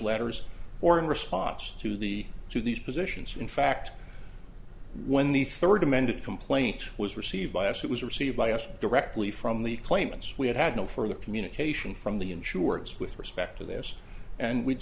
letters or in response to the to these positions in fact when the third amended complaint was received by us it was received by asked directly from the claimants we have had no further communication from the insurance with respect to this and we